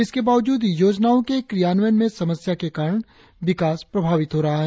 इसके बावजूद योजनाओं के क्रियान्वयन में समस्या के कारण विकास प्रभावित हो रहा है